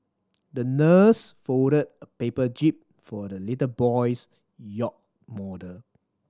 the nurse folded a paper jib for the little boy's yacht model